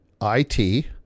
I-T